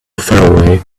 faraway